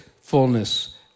fullness